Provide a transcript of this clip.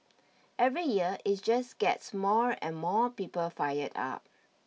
every year it just gets more and more people fired up